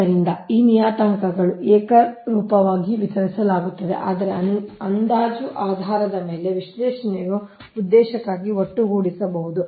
ಆದ್ದರಿಂದ ಈ ನಿಯತಾಂಕಗಳನ್ನು ಏಕರೂಪವಾಗಿ ವಿತರಿಸಲಾಗುತ್ತದೆ ಆದರೆ ಅಂದಾಜು ಆಧಾರದ ಮೇಲೆ ವಿಶ್ಲೇಷಣೆಯ ಉದ್ದೇಶಕ್ಕಾಗಿ ಒಟ್ಟುಗೂಡಿಸಬಹುದು